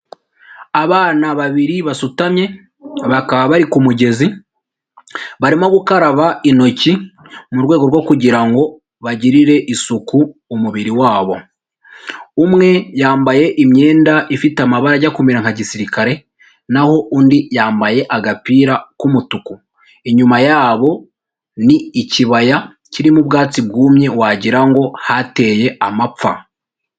Abana babiri basutamye bakaba bari ku mugezi, barimo gukaraba intoki mu rwego rwo kugira ngo bagirire isuku umubiri wabo, umwe yambaye imyenda ifite amabara ajya kumera nka gisirikare, naho undi yambaye agapira k'umutuku, inyuma yabo ni ikibaya kirimo ubwatsi bwumye wagira ngo hateye amapfa.